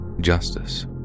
justice